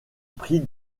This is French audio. prit